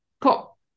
Cool